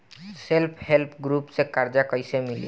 Self help group से कर्जा कईसे मिली?